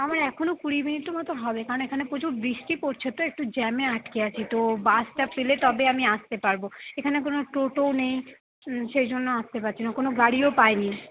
আমার এখনো কুড়ি মিনিটতো মতো হবে কারণ এখানে প্রচুর বৃষ্টি পরছে তো একটু জ্যামে আটকে আছি তো বাসটা পেলে তবে আমি আসতে পারবো এখানে কোনো টোটো নেই সেইজন্য আসতে পারছি না কোনো গাড়িও পাইনি